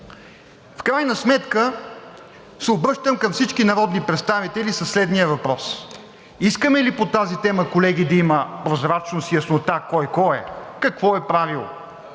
В крайна сметка се обръщам към всички народни представители със следния въпрос: искаме ли по тази тема, колеги, да има прозрачност и яснота кой кой е, какво е правил,